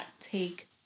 take